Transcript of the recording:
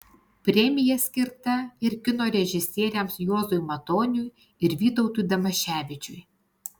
premija skirta ir kino režisieriams juozui matoniui ir vytautui damaševičiui